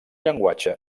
llenguatge